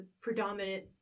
predominant